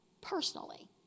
personally